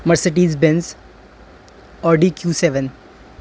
Mercedes Benz Audi Q seven